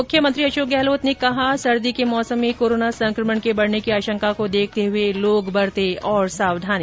मुख्यमंत्री अशोक गहलोत ने कहा सर्दी के मौसम में कोरोना संक्रमण की बढ़ने की आशंका को देखते हुए लोग बरतें और सावधानी